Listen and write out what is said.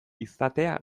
izatea